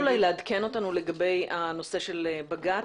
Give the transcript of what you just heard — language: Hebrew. --- אתה יכול אולי לעדכן אותנו לגבי הנושא של בג"צ,